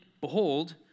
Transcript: Behold